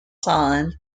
island